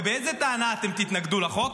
ובאיזו טענה אתם תתנגדו לחוק?